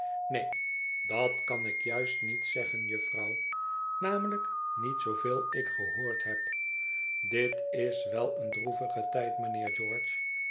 neen dat kan ik juist niet zeggen jufvrouw namelijk niet zooveel ik gehoord heb dit is wel een droevige tijd mijnheer